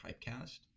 typecast